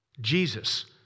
Jesus